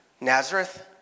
Nazareth